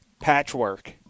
Patchwork